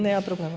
Nema problema.